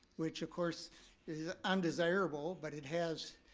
which of course is undesirable, but it has,